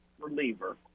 reliever